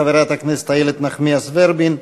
חברת הכנסת איילת נחמיאס ורבין,